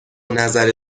نظر